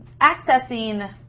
accessing